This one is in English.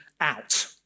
out